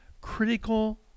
critical